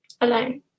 alone